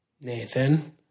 Nathan